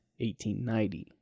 1890